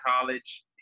college